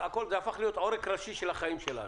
הפכו להיות עורק ראשי של החיים שלנו.